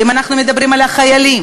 ואם אנחנו מדברים על החיילים,